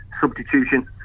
substitution